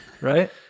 Right